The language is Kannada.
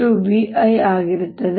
I ಆಗಿರುತ್ತದೆ